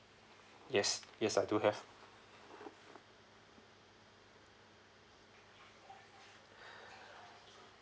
yes yes I do have